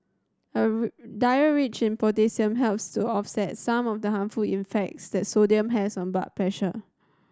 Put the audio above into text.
a diet rich in potassium helps to offset some of the harmful effects that sodium has on blood pressure